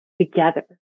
together